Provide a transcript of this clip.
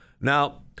Now